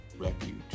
refuge